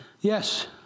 Yes